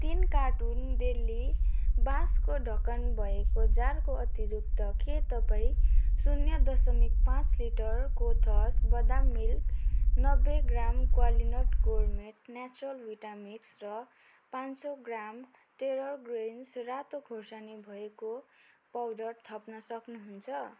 तिन carton daily बाँसको ढक्कन भएको जारको अतिरिक्त के तपाईँ शून्य दशमिक लिटर कोथास बादाम मिल्क नब्बे gram Qualinut gourmet natural vita mix र पाँच सौ ग्राम टेरा ग्रिन्स रातो खोर्सानीको पाउडर थप्न सक्नुहुन्छ